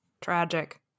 Tragic